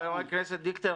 חבר הכנסת דיכטר,